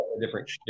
different